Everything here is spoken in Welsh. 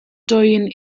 dwyn